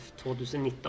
2019